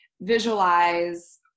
visualize